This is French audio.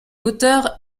auteure